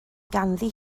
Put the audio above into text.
ganddi